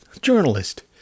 journalist